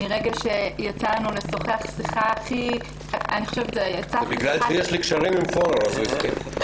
מרגע שיצא לנו לשוחח --- בגלל שיש לי קשרים עם פורר אז הוא הסכים ...